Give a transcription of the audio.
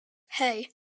hey